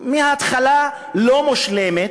מההתחלה לא מושלמת,